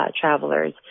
travelers